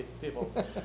people